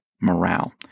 morale